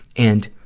and,